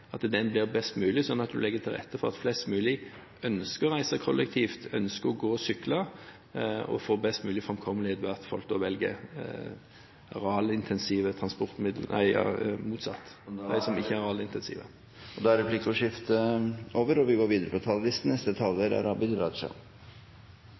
blir best mulig, sånn at man legger til rette for at flest mulig ønsker å reise kollektivt, ønsker å gå og sykle, og få best mulig framkommelighet, ved at man velger arealintensive transportmidler – nei, motsatt. Replikkordskiftet er omme. Fordi jeg er representant for Akershus og for Venstre, er